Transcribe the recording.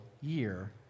year